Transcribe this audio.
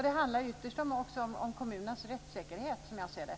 Det handlar ytterst också om kommunernas rättssäkerhet, som jag ser det.